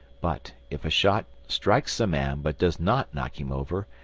but if a shot strikes a man but does not knock him over,